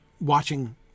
watching